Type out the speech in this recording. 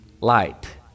light